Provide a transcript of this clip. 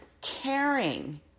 caring